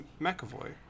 McAvoy